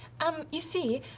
um you see,